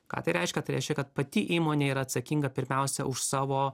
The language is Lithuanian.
ką tai reiškia tai reiškia kad pati įmonė yra atsakinga pirmiausia už savo